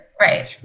right